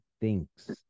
thinks